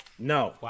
no